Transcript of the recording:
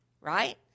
right